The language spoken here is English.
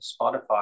Spotify